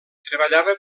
treballava